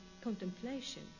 contemplation